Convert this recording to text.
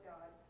God